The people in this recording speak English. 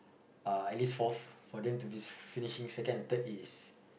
uh at least fourth for them to be finishing second or third is